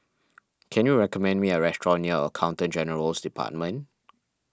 can you recommend me a restaurant near Accountant General's Department